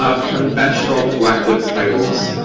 ah conventional collective titles.